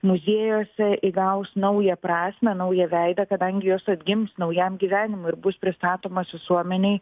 muziejuose įgaus naują prasmę naują veidą kadangi jos atgims naujam gyvenimui ir bus pristatomos visuomenei